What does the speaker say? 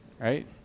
right